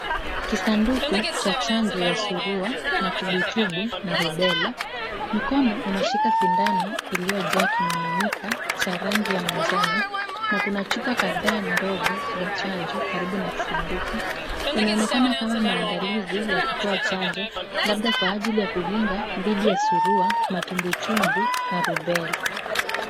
Kisanduku cha chanjo ya surua, matumbwitumbwi na rubela. Mkono unashika sindano iliyojaa kimiminika cha rangi ya manjano na kuna chupa kadhaa ndogo za chanjo karibu na kisanduku. Inaonekna kama maandalizi ya kutoa chanjo labda kwa ajili ya kukinga dhidi ya surua, matumbwitumbwi na rubela.